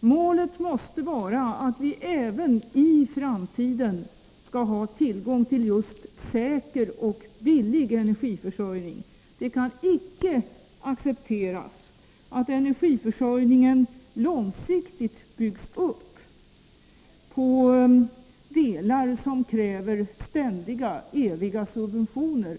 målet måste vara att vi även i framtiden skall ha tillgång till just säker och billig energiförsörjning. Det kan icke accepteras att energiförsörjningen långsiktigt byggs upp på delar som kräver ständiga subventioner.